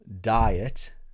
diet